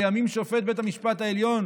לימים שופט בית המשפט העליון